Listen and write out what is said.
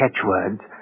catchwords